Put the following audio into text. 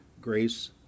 grace